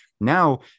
now